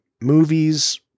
movies